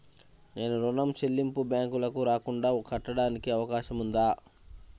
నేను ఋణం చెల్లింపులు బ్యాంకుకి రాకుండా కట్టడానికి అవకాశం ఉందా?